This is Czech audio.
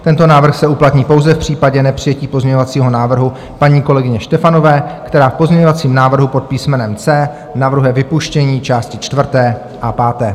Tento návrh se uplatní pouze v případě nepřijetí pozměňovacího návrhu paní kolegyně Štefanové, která v pozměňovacím návrhu pod písmenem C navrhuje vypuštění části čtvrté a páté.